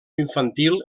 infantil